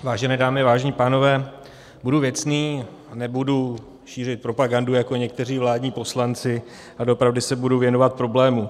Vážené dámy, vážení pánové, budu věcný, nebudu šířit propagandu jako někteří vládní poslanci a doopravdy se budu věnovat problému.